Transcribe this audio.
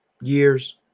years